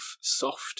soft